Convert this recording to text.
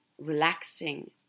relaxing